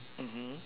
mmhmm